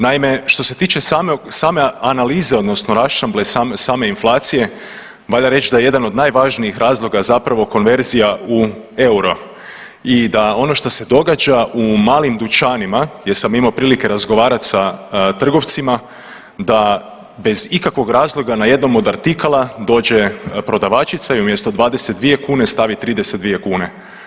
Naime, što se tiče same analize odnosno raščlambe same inflacije valja reći da je jedan od najvažnijih razloga zapravo konverzija u euro i da ono što se događa u malim dućanima, jer sam imao prilike razgovarati sa trgovcima da bez ikakvog razloga na jednom od artikala dođe prodavačica i umjesto 22 kune stavi 32 kune.